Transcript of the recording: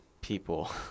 people